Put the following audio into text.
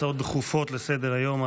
הצעות דחופות לסדר-היום.